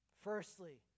Firstly